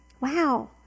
Wow